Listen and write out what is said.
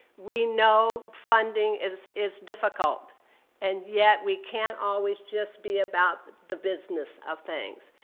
we know funding is is difficult and yet we can't always just be about the business of things.